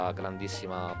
grandissima